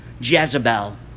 Jezebel